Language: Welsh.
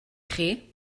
chi